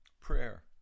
prayer